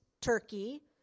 Turkey